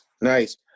nice